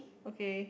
okay